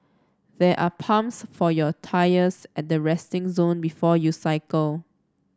there are pumps for your tyres at the resting zone before you cycle